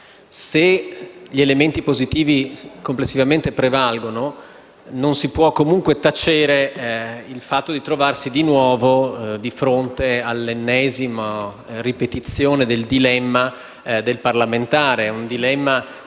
Se gli elementi positivi complessivamente prevalgono, non si può, comunque, tacere il fatto di trovarsi di nuovo di fronte all'ennesima ripetizione del dilemma del parlamentare che,